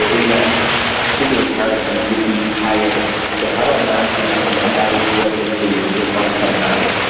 ah in that particular paradigm would be high income. so how do i maximize my average revenue per user and lifetime value?